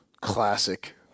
classic